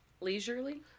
Leisurely